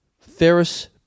Ferris